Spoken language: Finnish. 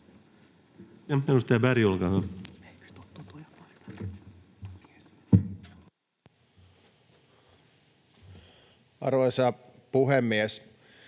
Arvoisa puhemies!